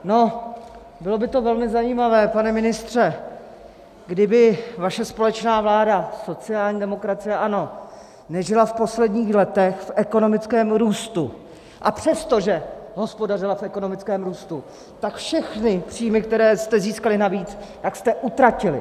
No, bylo by to velmi zajímavé, pane ministře, kdyby vaše společná vláda sociální demokracie a ANO nežila v posledních letech v ekonomickém růstu, a přestože hospodařila v ekonomickém růstu, tak všechny příjmy, které jste získali navíc, jste utratili.